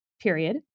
period